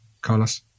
carlos